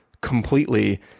completely